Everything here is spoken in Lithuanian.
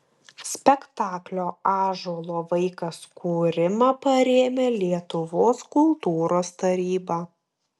spektaklio ąžuolo vaikas kūrimą parėmė lietuvos kultūros taryba